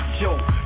yo